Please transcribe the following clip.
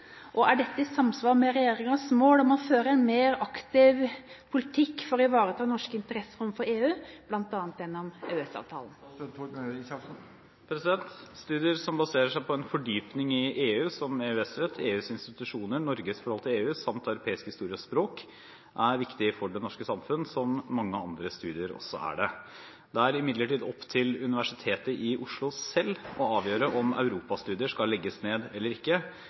og er dette i samsvar med regjeringens mål om å føre en mer aktiv politikk for å ivareta Norges interesser overfor EU, blant annet gjennom EØS-avtalen?» Studier som baserer seg på en fordypning i EU – som EØS-rett, EUs institusjoner, Norges forhold til EU samt europeisk historie og språk – er viktige for det norske samfunn, som mange andre studier også er det. Det er imidlertid opp til Universitetet i Oslo selv å avgjøre om europastudier skal legges ned eller ikke,